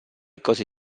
cose